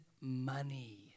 money